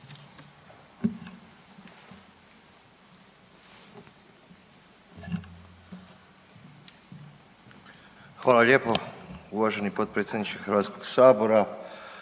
Hvala lijepo poštovani predsjedniče Hrvatskog sabora.